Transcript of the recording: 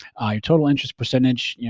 your total interest percentage, yeah